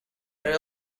are